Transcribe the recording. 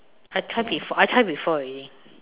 I try before I try before already